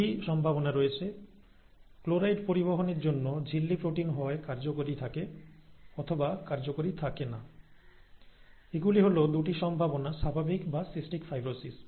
দুটি সম্ভাবনা রয়েছে ক্লোরাইড পরিবহনের জন্য ঝিল্লি প্রোটিন হয় কার্যকরী থাকে অথবা কার্যকরী থাকে না এগুলি হল দুটি সম্ভাবনা স্বাভাবিক বা সিস্টিক ফাইব্রোসিস